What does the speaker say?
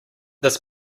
this